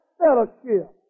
fellowship